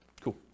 Cool